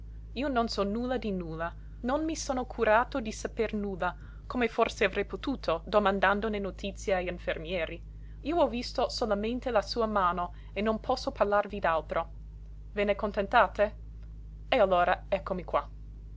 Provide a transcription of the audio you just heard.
io non so nulla di nulla non mi sono curato di saper nulla come forse avrei potuto domandandone notizie agl'infermieri io ho visto solamente la sua mano e non posso parlarvi d'altro ve ne contentate e allora eccomi qua